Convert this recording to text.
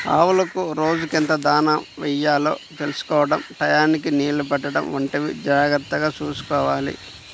ఆవులకు రోజుకెంత దాణా యెయ్యాలో తెలుసుకోడం టైయ్యానికి నీళ్ళు పెట్టడం లాంటివి జాగర్తగా చూసుకోవాలి